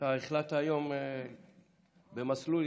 התשפ"א 2021, אושרו.